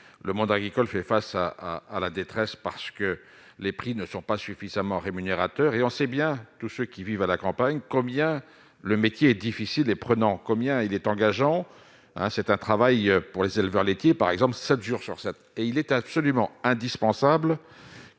le monde agricole fait face à à à la détresse, parce que les prix ne sont pas suffisamment rémunérateur et on sait bien tous ceux qui vivent à la campagne, combien le métier est difficile et prenant combien il est engageant un c'est un travail pour les éleveurs laitiers par exemple, 7 jours sur 7, et il est absolument indispensable